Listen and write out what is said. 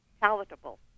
palatable